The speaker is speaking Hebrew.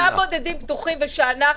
כשאותם בודדים פתוחים, וכשאנחנו,